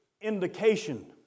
indication